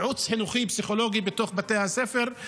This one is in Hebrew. ייעוץ חינוכי פסיכולוגי בתוך בתי הספר.